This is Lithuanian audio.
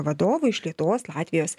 vadovų iš lietuvos latvijos